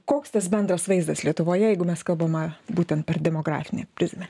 koks tas bendras vaizdas lietuvoje jeigu mes kalbama būtent per demografinę prizmę